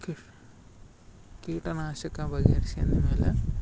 ಕಿರ್ ಕೀಟನಾಶಕ ಮೇಲೆ